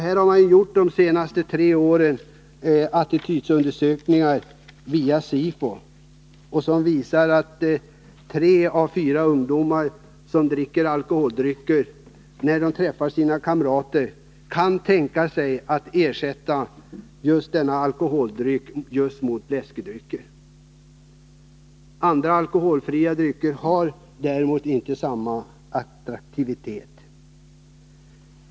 SIFO har under de senaste tre åren gjort attitydundersökningar som visar att tre av fyra ungdomar som när de träffar sina kamrater dricker alkoholdrycker kan tänka sig att ersätta alkoholdryckerna med just läskedrycker. Andra alkoholfria drycker har däremot inte samma attraktivitet.